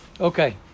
Okay